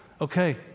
Okay